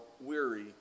weary